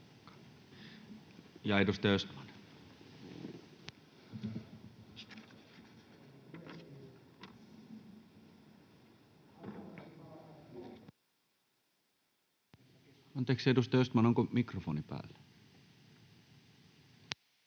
Time: 16:34 Content: Anteeksi, edustaja Östman, onko mikrofoni päällä?